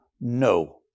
no